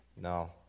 no